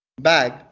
bag